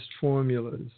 formulas